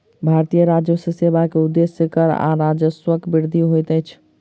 भारतीय राजस्व सेवा के उदेश्य कर आ राजस्वक वृद्धि होइत अछि